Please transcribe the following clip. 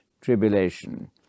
tribulation